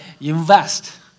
invest